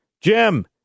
Jim